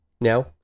Now